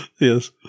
Yes